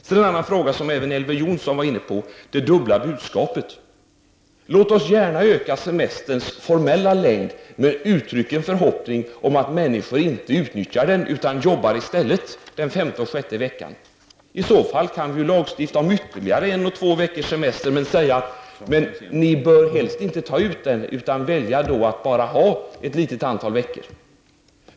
Elver Jonsson var inne på frågan om det dubbla budskapet, dvs. att vi gärna formellt skall öka semesterns längd, men samtidigt skall uttrycka en förhoppning om att människor inte utnyttjar den utan i stället jobbar under de femte och sjätte semesterveckorna. Under sådana förhållanden kan vi ju lagstifta om ytterligare en eller två veckors semester, samtidigt som vi säger att den helst inte skall tas ut, så att semestern i själva verket omfattar ett mindre antal veckor.